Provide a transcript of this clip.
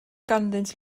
ganddynt